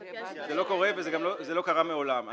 זה לא קורה וזה לא קרה מעולם.